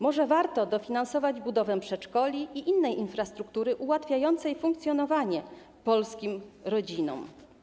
Może warto dofinansować budowę przedszkoli i innej infrastruktury ułatwiającej funkcjonowanie polskim rodzinom.